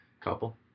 couple